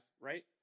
right